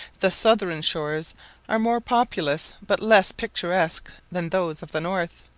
the southern shores are more populous but less picturesque than those of the north,